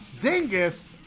Dingus